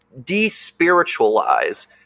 despiritualize